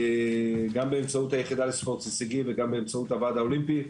גם באמצעות היחידה לספורט הישגי וגם באמצעות הוועד האולימפי,